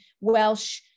Welsh